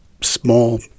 small